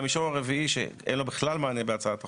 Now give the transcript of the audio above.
והמישור הרביעי, שאין לו בכלל מענה בהצעת החוק,